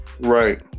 Right